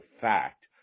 fact